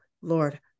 Lord